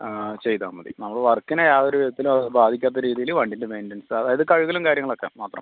ആ ചെയ്താൽമതി നമ്മൾ വർക്കിനെ യാതൊരു വിധത്തിലും അത് ബാധിക്കാത്ത രീതിയിൽ വണ്ടിയിൻ്റ മെയിൻ്റനൻസ് അതായത് കഴുകലും കാര്യങ്ങളൊക്കെ മാത്രം